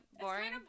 boring